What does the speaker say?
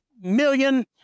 million